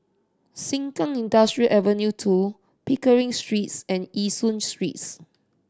Sengkang Industrial Ave Two Pickering Streets and Yishun Streets